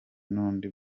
n’undi